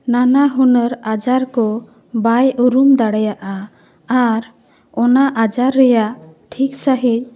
ᱱᱟᱱᱟ ᱦᱩᱱᱟᱹᱨ ᱟᱡᱟᱨ ᱠᱚ ᱵᱟᱭ ᱩᱨᱩᱢ ᱫᱟᱲᱮᱭᱟᱜᱼᱟ ᱟᱨ ᱚᱱᱟ ᱟᱡᱟᱨ ᱨᱮᱭᱟᱜ ᱴᱷᱤᱠ ᱥᱟᱺᱦᱤᱡ